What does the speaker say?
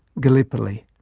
gallipoli,